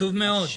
עצוב מאוד.